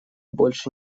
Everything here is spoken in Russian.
больше